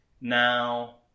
Now